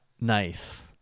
Nice